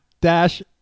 dash